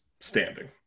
standing